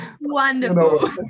Wonderful